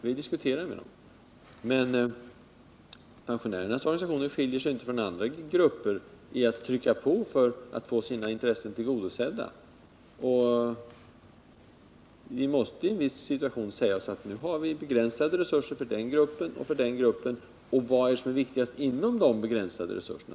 Vi diskuterar med dem, men pensionärernas organisationer skiljer sig inte från andra grupper när det gäller att trycka på för att få sina intressen tillgodosedda. Vi måste i en viss situation säga att vi har begränsade resurser för den eller den gruppen och vidare fråga oss vad som är viktigast inom ramen för dessa begränsade resurser.